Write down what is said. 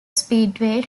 speedway